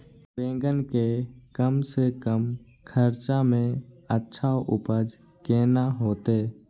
बेंगन के कम से कम खर्चा में अच्छा उपज केना होते?